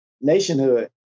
nationhood